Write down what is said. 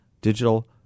digital